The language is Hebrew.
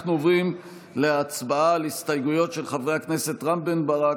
אנחנו עוברים להצבעה על הסתייגויות של חברי הכנסת רם בן ברק,